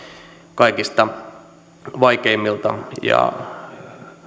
kaikista vaikeimmilta ja